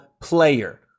player